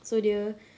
so dia